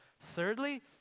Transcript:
Thirdly